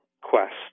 quest